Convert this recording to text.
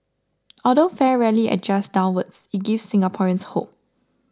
although fare rarely adjusts downwards it gives Singaporeans hope